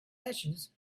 ashes